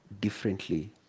differently